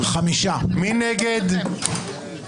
מי נגד?